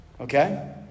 Okay